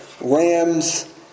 rams